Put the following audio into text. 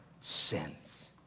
sins